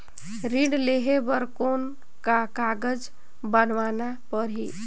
ऋण लेहे बर कौन का कागज बनवाना परही?